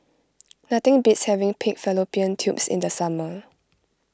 nothing beats having Pig Fallopian Tubes in the summer